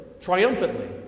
triumphantly